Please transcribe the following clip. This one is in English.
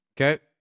Okay